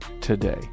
today